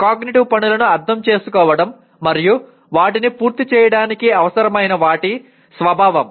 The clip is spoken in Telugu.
కాగ్నిటివ్ పనులను అర్థం చేసుకోవడం మరియు వాటిని పూర్తి చేయడానికి అవసరమైన వాటి స్వభావం